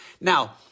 Now